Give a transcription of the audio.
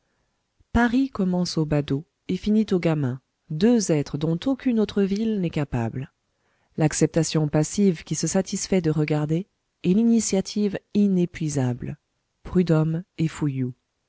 paris commence au badaud et finit au gamin deux êtres dont aucune autre ville n'est capable l'acceptation passive qui se satisfait de regarder et l'initiative inépuisable prudhomme et fouillou